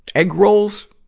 eggrolls?